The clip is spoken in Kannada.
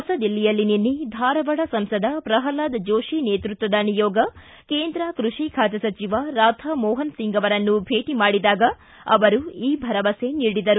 ಹೊಸದಿಲ್ಲಿಯಲ್ಲಿ ನಿನ್ನೆ ಧಾರವಾಡ ಸಂಸದ ಪ್ರಲ್ವಾದ ಜೋತಿ ನೇತೃತ್ವದ ನಿಯೋಗ ಕೇಂದ್ರ ಕೃಷಿ ಖಾತೆ ಸಚಿವ ರಾಧಾ ಮೋಹನಸಿಂಗ್ ಅವರನ್ನು ಭೇಟ ಮಾಡಿದಾಗ ಅವರು ಈ ಭರವಸೆ ತಿಳಿಸಿದರು